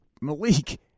Malik